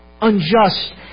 Unjust